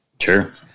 Sure